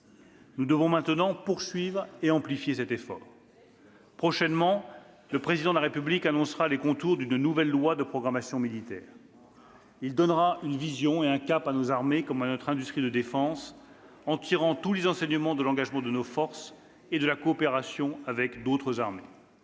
Nous devons maintenant poursuivre et amplifier cet investissement. « Prochainement, le Président de la République présentera les contours d'une nouvelle loi de programmation militaire. Il donnera une vision et un cap à nos armées comme à notre industrie de défense en tirant tous les enseignements de l'engagement de nos forces et de la coopération avec d'autres armées.